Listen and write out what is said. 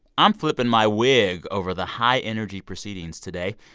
i'm flipping my wig over the high-energy proceedings today.